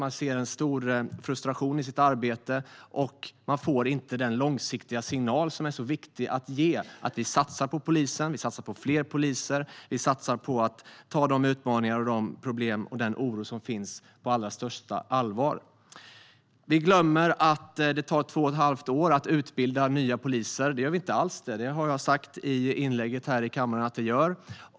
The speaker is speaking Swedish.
De upplever stor frustration i sitt arbete och får inte den långsiktiga signal som är så viktig att ge: att vi satsar på polisen, på fler poliser, och tar de utmaningar, de problem och den oro som finns på allra största allvar. Vi glömmer att det tar två och ett halvt år att utbilda nya poliser, sägs det här. Det gör vi inte alls; det har jag sagt här i kammaren att det gör.